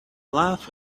laugh